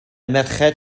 merched